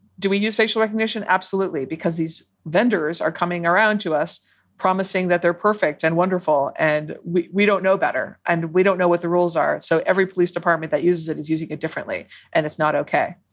do we use facial recognition? absolutely. because these vendors are coming around to us promising that they're perfect and wonderful and we we don't know better and we don't know what the rules are. so every police department that is that is using it differently and it's not ok.